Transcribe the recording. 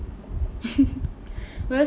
well